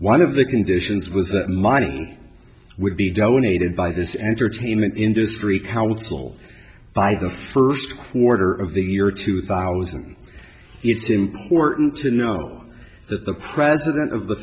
one of the conditions was that mining would be donated by this entertainment industry council by the first quarter of the year two thousand it's important to know that the president of the